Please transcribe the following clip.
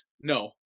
No